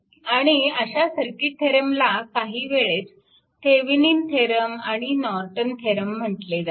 आणि अशा सर्किट थेरमला काही वेळेस थेविनीन थेरम आणि नॉर्टन थेरम म्हटले जाते